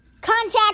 Contact